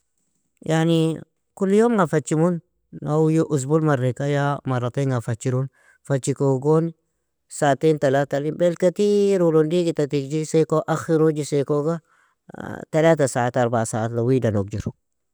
Yani kuli yomga fachimun, uzbul marrika ya maratainga fachirun, fachikogon saatein talatalin belkateer ulon digita tigjiseko akhirojisekoga, talata saat arbaa saatlo weida nogjiru.